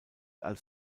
als